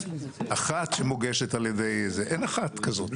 לגרום לתופעה הזאת של תכנון